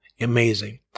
amazing